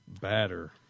Batter